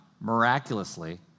miraculously